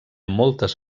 moltes